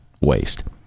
waste